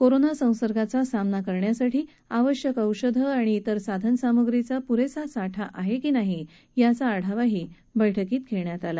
corona संसर्गाचा सामना करण्यासाठी आवश्यक औषधं तसच इतर साधनसामप्रीचा पुरेसा साठा आहे की नाही याचा आढावाही या बैठकीत घेण्यात आला